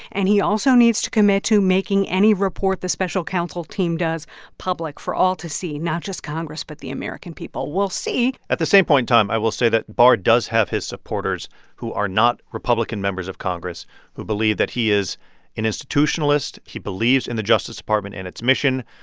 and he also needs to commit to making any report the special counsel team does public for all to see not just congress, but the american people will see at the same point in time, i will say that barr does have his supporters who are not republican members of congress who believe that he is an institutionalist. he believes in the justice department and its mission,